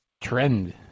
trend